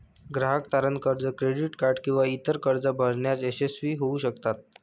ग्राहक तारण कर्ज, क्रेडिट कार्ड किंवा इतर कर्जे भरण्यात अयशस्वी होऊ शकतात